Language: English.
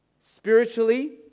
Spiritually